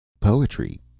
Poetry